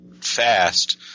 fast